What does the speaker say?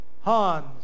Hans